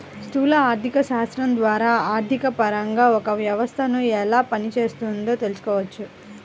స్థూల ఆర్థికశాస్త్రం ద్వారా ఆర్థికపరంగా ఒక వ్యవస్థను ఎలా పనిచేస్తోందో తెలుసుకోవచ్చు